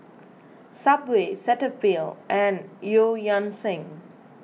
Subway Cetaphil and Eu Yan Sang